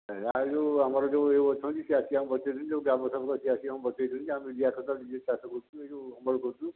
ଇଆଡ଼େ ଯେଉଁ ଆମର ଯେଉଁ ଇଏ ଅଛନ୍ତି ସେ ଆସିକି ଆମକୁ ବତାଇଛନ୍ତି ଯେଉଁ ଗ୍ରାମସେବକ ସେ ଆସିକି ଆମକୁ ବତାଇଛନ୍ତି ଯେ ଆମେ ଜିଆ ଖତରେ ନିଜେ ଚାଷ କରୁଛୁ ଏଇଠୁ ଅମଳ କରୁଛୁ